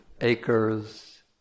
acres